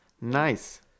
Nice